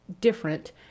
different